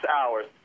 hours